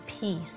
peace